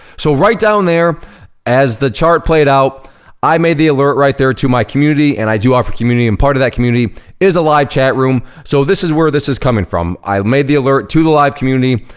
so right down there as the chart played out i made the alert right there to my community, and i do offer a community, and part of that community is a live chatroom. so this is where this is coming from. i made the alert to the live community,